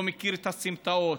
לא מכיר את הסמטאות,